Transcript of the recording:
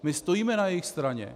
My stojíme na jejich straně.